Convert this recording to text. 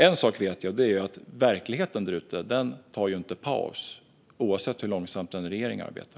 En sak vet jag nämligen: Verkligheten där ute tar inte paus, oavsett hur långsamt en regering arbetar.